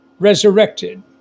Resurrected